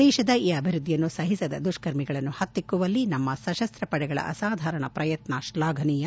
ದೇತದ ಈ ಅಭಿವೃದ್ದಿಯನ್ನು ಸಹಿಸದ ದುಷ್ತರ್ಮಿಗಳನ್ನು ಪತ್ತಿಕ್ಕುವಲ್ಲಿ ನಮ್ನ ಸಶಸ್ತಪಡೆಗಳ ಅಸಾಧಾರಣ ಪ್ರಯತ್ನ ಶ್ಲಾಘನೀಯ